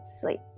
sleep